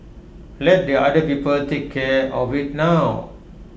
let the other people take care of IT now